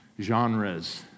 genres